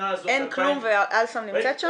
אין כלום ו"אל סם" נמצאת שם?